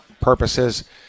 purposes